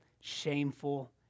shameful